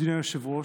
אדוני היושב-ראש,